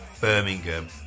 Birmingham